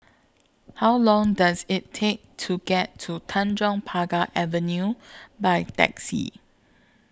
How Long Does IT Take to get to Tanjong Pagar Avenue By Taxi